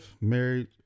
married